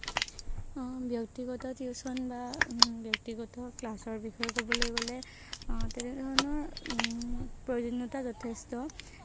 অ' ব্যক্তিগত টিউশ্যন বা ব্যক্তিগত ক্লাছৰ বিষয়ে ক'বলৈ গ'লে তেনেধৰণৰ প্ৰয়োজনীয়তা যথেষ্ট